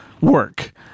work